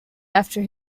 after